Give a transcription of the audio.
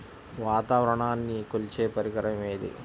వాతావరణాన్ని కొలిచే పరికరం ఏది?